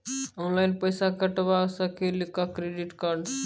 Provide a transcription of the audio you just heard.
Online पैसा कटवा सकेली का क्रेडिट कार्ड सा?